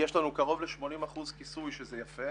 יש לנו קרוב ל-80 אחוזים כיסוי שזה יפה